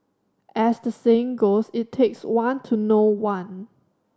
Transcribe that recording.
as the saying goes it takes one to know one